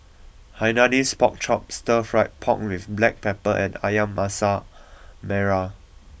Hainanese Pork Chop Stir Fried Pork with black pepper and Ayam Masak Merah